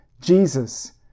Jesus